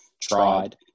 tried